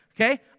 Okay